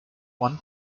one